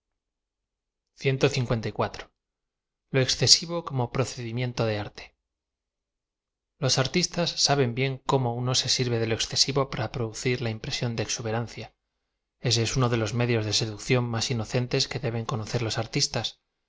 o excivo como procedimiento de arte los artistas saben bien cómo uno se sirve de lo ex cesivo para producir la impresión de exuberancia ese es uno de los medios de seducción más inocentes que deben conocer los artistas